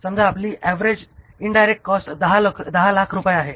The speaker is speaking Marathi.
समजा आपली ऍव्हरेज इन्डायरेक्ट कॉस्ट 10 लाख रुपये आहे